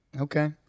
Okay